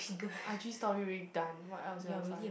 i_g story already done what else you want to find